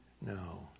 no